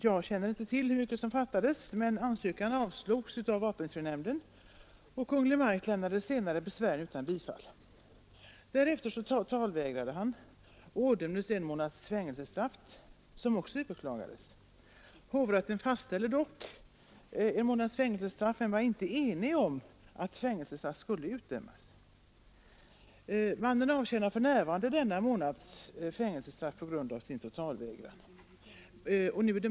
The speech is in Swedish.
Jag känner inte till hur mycket som fattades, men hans ansökan avslogs av vapenfrinämnden, och Kungl. Maj:t lämnade senare besvären utan bifall. Därefter totalvägrade mannen och ådömdes en månads fängelsestraff, som också överklagades. Hovrätten fastställde dock domen men var inte enig om att fängelsestraff skulle utdömas. Mannen avtjänar — nu i maj — denna månads fängelsestraff för sin totalvägran.